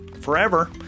forever